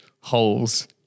holes